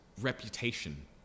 reputation